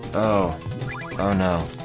oh oh no